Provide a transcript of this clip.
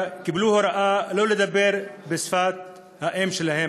קיבלו הוראה לא לדבר בשפת האם שלהם,